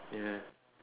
ya